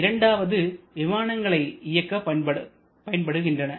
இரண்டாவது விமானங்களை இயக்க பயன்படுகின்றன